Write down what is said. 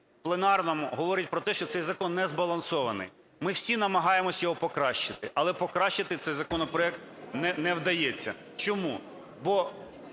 пленарному, говорить про те, що цей закон не збалансований. Ми всі намагаємось його покращити, але покращити цей законопроект не вдається. Чому? Бо